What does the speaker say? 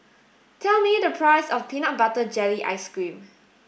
tell me the price of peanut butter jelly ice cream